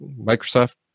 Microsoft